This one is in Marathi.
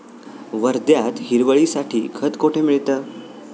वर्ध्यात हिरवळीसाठी खत कोठे मिळतं?